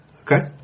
Okay